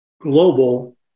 Global